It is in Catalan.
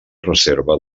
reserva